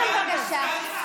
בבקשה,